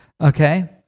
Okay